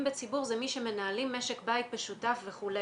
בציבור זה מי שמנהלים משק בית משותף וכו'.